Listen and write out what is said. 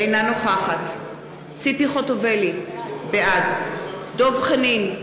אינה נוכחת ציפי חוטובלי, בעד דב חנין,